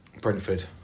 Brentford